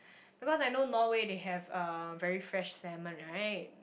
because I know Norway they have uh very fresh salmon right